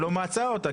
לא מצא אותה,